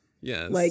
Yes